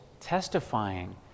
testifying